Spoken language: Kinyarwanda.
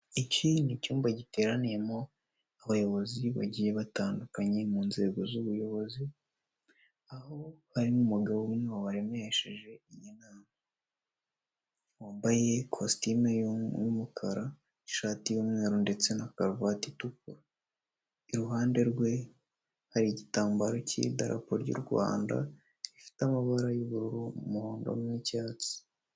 Iki ni icyumba giteraniyemo abayobozi bagiye batandukanye mu nzego z'ubuyobozi, aho barimo umugabo umwe waremesheje iyi nama, wambaye ikositimu y'umukara, ishati y'umweru ndetse na karuvati itukura, iruhande rwe hari igitambaro cy'idarapo ry'u Rwanda gifite amabara y'ubururu, umuhondo n'icyatsi.